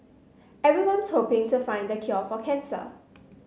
everyone's hoping to find the cure for cancer